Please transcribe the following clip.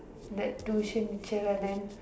that tuition chair event